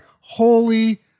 holy